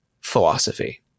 philosophy